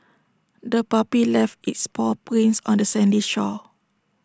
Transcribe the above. the puppy left its paw prints on the sandy shore